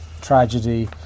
tragedy